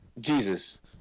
Jesus